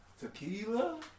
Tequila